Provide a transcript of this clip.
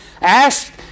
ask